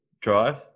drive